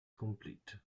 complete